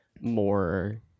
more